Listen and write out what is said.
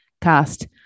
cast